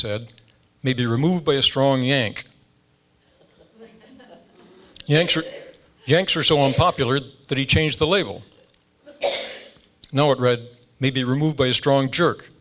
said may be removed by a strong yank yanks or yanks are so unpopular that he changed the label no it read maybe removed by a strong